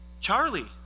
Charlie